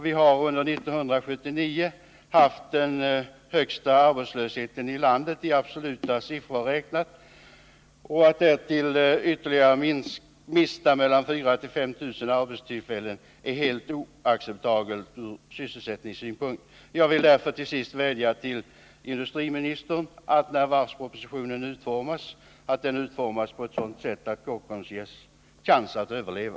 Vi har under 1979 haft den högsta arbetslösheten ilandet i absoluta siffror räknat. Att därtill ytterligare mista mellan 4 000 och 5 000 arbetstillfällen är helt oacceptabelt ur sysselsättningssynpunkt. Jag vill därför till sist vädja till industriministern att se till att varvspropositionen utformas på sådant sätt att Kockums ges en chans att överleva.